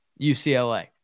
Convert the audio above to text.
UCLA